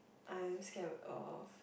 I am scared of